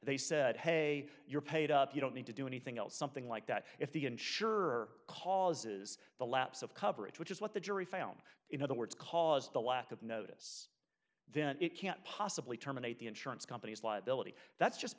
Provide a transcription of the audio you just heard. they said hey you're paid up you don't need to do anything else something like that if the insurer causes the lapse of coverage which is what the jury found in other words caused a lack of notice then it can't possibly terminate the insurance company's liability that's just